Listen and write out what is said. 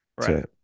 Right